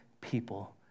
people